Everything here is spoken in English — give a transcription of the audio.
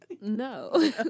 No